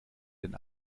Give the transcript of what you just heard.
den